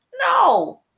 No